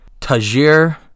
Tajir